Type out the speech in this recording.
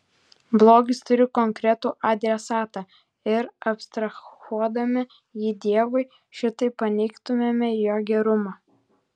blogis turi konkretų adresatą ir abstrahuodami jį dievui šitaip paneigtumėme jo gerumą